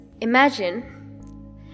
imagine